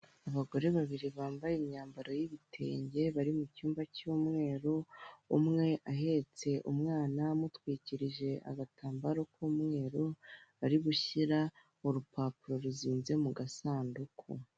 Abagore babiri bambaye imyambaro y'ibitenge, bari mu cyumba cy'umweru, umwe ahetse umwana amutwikirije agatambaro k'umweru ari gushyira mu rupapuro ruzinze mu gasanduku.